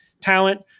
talent